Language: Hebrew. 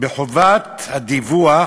בחובת הדיווח